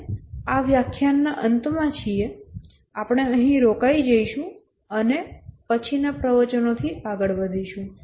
આપણે લગભગ આ વ્યાખ્યાનના અંતમાં છીએ આપણે અહીં રોકાઈ જઈશું અને પછીનાં પ્રવચનોથી આગળ વધીશું